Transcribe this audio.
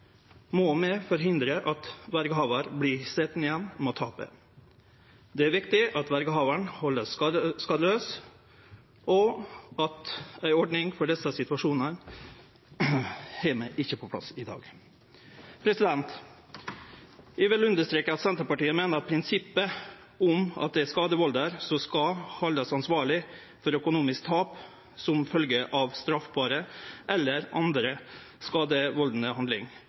må vi forhindre at verjehavaren vert sitjande igjen med tapet. Det er viktig at verjehavaren vert halden skadelaus, og ei ordning for desse situasjonane har vi ikkje på plass i dag. Eg vil understreke at Senterpartiet meiner at prinsippet om at det er skadevaldaren som skal haldast ansvarleg for økonomisk tap som følgje av straffbare eller andre